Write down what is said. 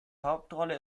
hauptrolle